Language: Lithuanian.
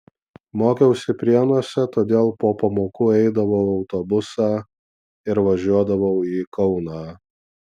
mokiausi prienuose todėl po pamokų eidavau į autobusą ir važiuodavau į kauną